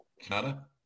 Canada